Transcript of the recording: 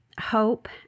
hope